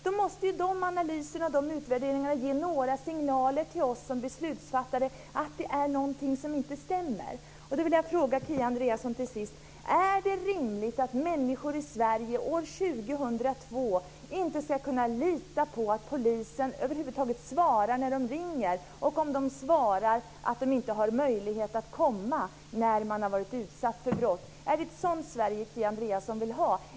Dessa analyser och värderingar måste väl ge några signaler till oss beslutsfattare om att det är något som inte stämmer. Jag vill till sist fråga Kia Andreasson: Är det rimligt att människor i Sverige år 2002 inte kan lita på att polisen svarar när de ringer? Är det rimligt, om man svarar, att man säger till den som har varit utsatt för brott att man inte har möjlighet att komma? Är det ett sådant Sverige Kia Andreasson vill ha?